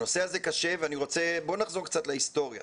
בואו נחזור להיסטוריה.